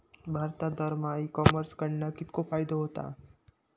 भारतात दरमहा e commerce कडणा कितको फायदो होता?